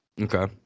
Okay